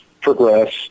progress